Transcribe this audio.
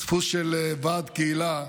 דפוס של ועד קהילה,